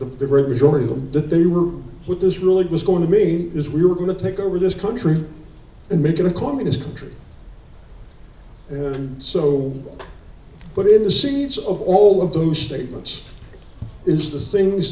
the great majority of them that they were what this really was going to me is we were going to take over this country and make it a communist country so i put in the seeds of all of those statements is the things